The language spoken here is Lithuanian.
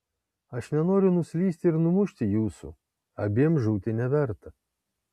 aš nenoriu nuslysti ir numušti jūsų abiem žūti neverta